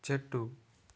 చెట్టు